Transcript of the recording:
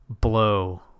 blow